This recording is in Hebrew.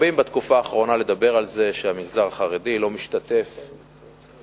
בתקופה האחרונה מרבים לדבר על זה שהמגזר החרדי לא משתתף בעבודה,